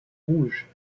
rouge